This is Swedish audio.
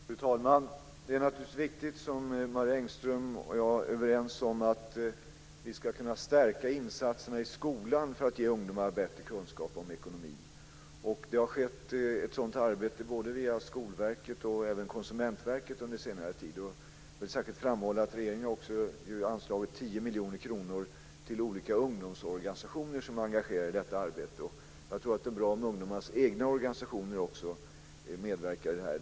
Fru talman! Det här är naturligtvis viktigt, och jag och Marie Engström är överens om att vi ska stärka insatserna i skolan för att ge ungdomarna bättre kunskap om ekonomi. Det har skett ett sådant arbete via skolverket och konsumentverket under senare tid. Jag vill särskilt framhålla att regeringen har anslagit tio miljoner kronor till olika ungdomsorganisationer som är engagerade i detta arbete. Jag tror att det är bra att ungdomarnas egna organisationer medverkar i detta.